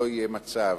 כדי שלא יהיה מצב,